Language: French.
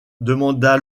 demanda